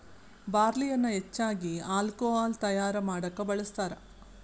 ಬಾರ್ಲಿಯನ್ನಾ ಹೆಚ್ಚಾಗಿ ಹಾಲ್ಕೊಹಾಲ್ ತಯಾರಾ ಮಾಡಾಕ ಬಳ್ಸತಾರ